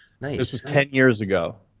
this was ten years ago.